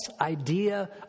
idea